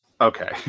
Okay